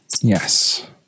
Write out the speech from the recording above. Yes